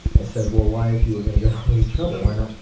i said, well, why if you were going to go on um this trouble, why not?